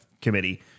committee